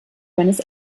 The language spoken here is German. buenos